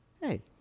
Hey